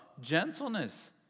Gentleness